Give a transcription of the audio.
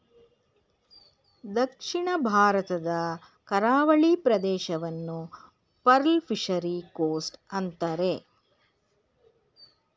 ದಕ್ಷಿಣ ಭಾರತದ ಕರಾವಳಿ ಪ್ರದೇಶವನ್ನು ಪರ್ಲ್ ಫಿಷರಿ ಕೋಸ್ಟ್ ಅಂತರೆ